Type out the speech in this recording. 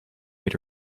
made